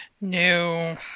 No